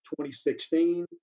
2016